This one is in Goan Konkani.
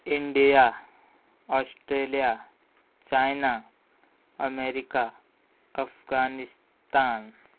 India Australia China America Afghanistan